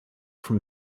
from